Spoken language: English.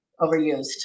overused